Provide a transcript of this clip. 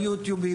ביוטיוב,